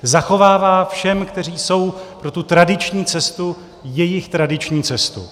Zachovává všem, kteří jsou pro tu tradiční cestu, jejich tradiční cestu.